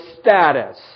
status